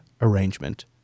arrangement